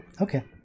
okay